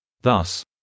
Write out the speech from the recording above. Thus